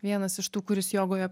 vienas iš tų kuris jogoje